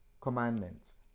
commandments